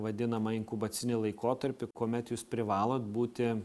vadinamąjį inkubacinį laikotarpį kuomet jūs privalot būti